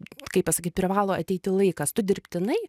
kaip pasakyt privalo ateiti laikas tu dirbtinai